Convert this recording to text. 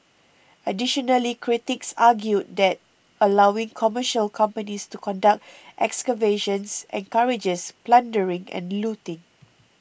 additionally critics argued that allowing commercial companies to conduct excavations encourages plundering and looting